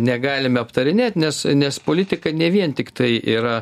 negalime aptarinėt nes nes politika ne vien tiktai yra